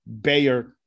Bayer